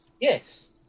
yes